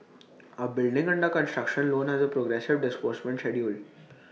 A building under construction loan has A progressive disbursement schedule